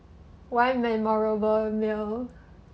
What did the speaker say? one memorable meal